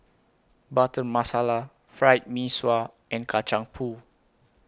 Butter Masala Fried Mee Sua and Kacang Pool